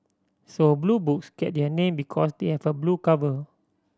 so Blue Books get their name because they have a blue cover